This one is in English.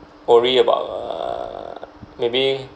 worry about err maybe